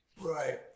Right